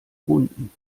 runden